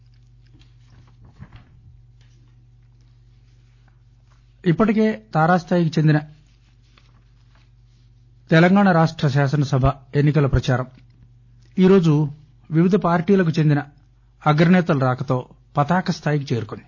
ప్రచారం ఇప్పటికే తారాస్లాయికి చెందిన తెలంగాణ రాష్ట శాసనసభ ఎన్ని కల ప్రచారం ఈరోజు వివిధ పార్టీలకు చెందిన అగ్రసేతల రాకతో పతాకస్థాయికి చేరుకుంది